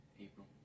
April